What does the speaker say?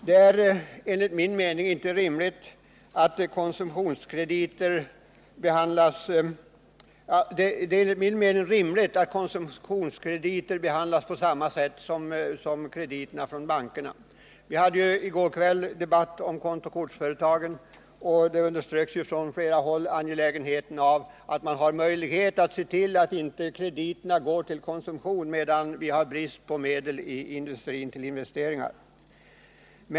Det är enligt min mening rimligt att konsumtionskrediter i kreditregleringshänseende behandlas på samma sätt som krediter från bankerna. Vi hade i går en debatt om kontokortsföretagen. Då underströks från flera håll angelägenheten av att vi har möjlighet att se till att krediterna inte går till konsumtion, medan bankerna stramar åt privata krediter och industrin har brist på medel till investeringar.